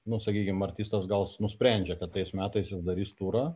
nu sakykim artistas gal nusprendžia kad tais metais jis darys turą